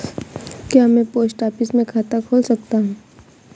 क्या मैं post office में खाता खोल सकता हूँ?